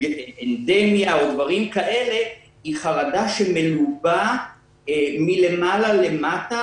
אנדמיה או דברים כאלה היא חרדה שמלובה מלמעלה למטה.